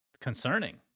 concerning